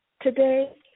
Today